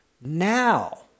now